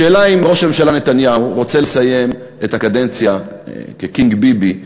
השאלה היא אם ראש הממשלה נתניהו רוצה לסיים את הקדנציה כ"קינג ביבי",